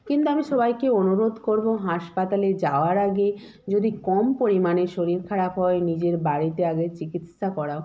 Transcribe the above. কিন্তু আমি সবাইকে অনুরোধ করবো হাসপাতালে যাওয়ার আগে যদি কম করে মানে শরীর খারাপ হয় নিজের বাড়িতে আগে চিকিৎসা করাও